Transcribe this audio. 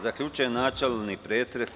Zaključujem načelni pretres.